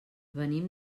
venim